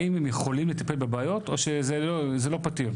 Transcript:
האם הם יכולים לטפל בבעיות או שזה לא פתיר?